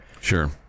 sure